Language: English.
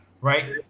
right